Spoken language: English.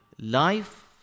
life